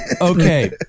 Okay